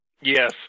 Yes